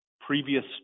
previous